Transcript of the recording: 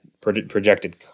projected